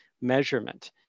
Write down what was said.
measurement